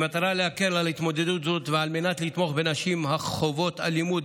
במטרה להקל את ההתמודדות הזאת וכדי לתמוך בנשים החוות אלימות